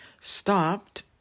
stopped